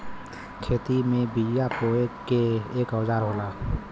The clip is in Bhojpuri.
खेती में बिया बोये के एक औजार होला